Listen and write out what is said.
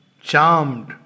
charmed